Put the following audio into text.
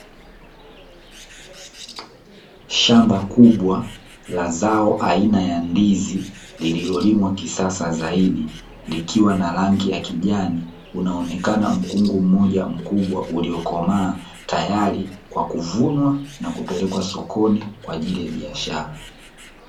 Shamba kubwa la zao aina ya ndizi lililolimwa kisasa zaidi, likiwa na rangi ya kijani unaonekana mkungu mmoja mkubwa uliokomaa, tayari kwa kuvunwa na kupelekwa sokoni kwa ajili ya biashara.